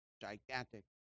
gigantic